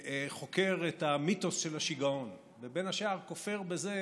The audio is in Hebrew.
שחוקר את המיתוס של השיגעון, ובין השאר כופר בזה